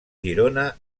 girona